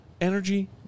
energy